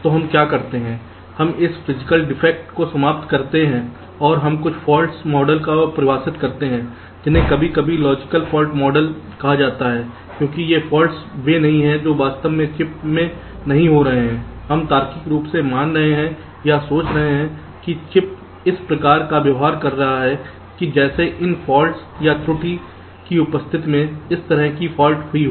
तो हम क्या करते हैं हम इस फिजिकल डिफेक्ट को समाप्त करते हैं और हम कुछ फॉल्ट मॉडल को परिभाषित करते हैं जिन्हें कभी कभी लॉजिकल फॉल्ट मॉडल कहा जाता है क्योंकि ये फॉल्ट्स बे नहीं हैं जो वास्तव में चिप में नहीं हो रहे हैं हम तार्किक रूप से मान रहे हैं या सोच रहे हैं कि चिपइस प्रकार व्यवहार कर रहा है कि जैसे इन फॉल्ट या त्रुटि की उपस्थिति में इस तरह की फाल्ट हुई हो